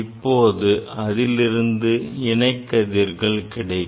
இப்போது அதிலிருந்து இணை கதிர்கள் கிடைக்கும்